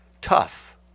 tough